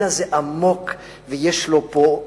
אלא זה עמוק ויש לו פה,